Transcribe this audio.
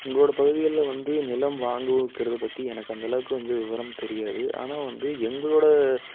எங்களோடய பகுதிகள்ல வந்து நிலம் வாங்க விக்கிறது பற்றி எனக்கு அந்த அளவுக்கு வந்து விவரம் தெரியாது ஆனால் வந்து எங்களோடய